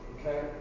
okay